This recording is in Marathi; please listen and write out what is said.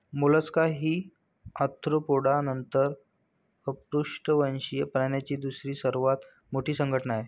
मोलस्का ही आर्थ्रोपोडा नंतर अपृष्ठवंशीय प्राण्यांची दुसरी सर्वात मोठी संघटना आहे